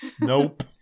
Nope